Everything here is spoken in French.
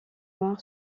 noir